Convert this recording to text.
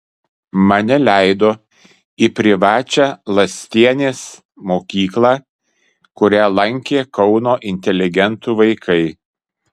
mane leido į privačią lastienės mokyklą kurią lankė kauno inteligentų vaikai